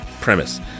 premise